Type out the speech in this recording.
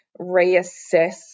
reassess